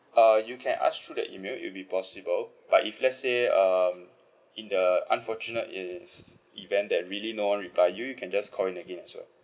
uh you can ask through the email it'll be possible but if let's say um in the unfortunate uh event that really no one reply you you can just call in again as well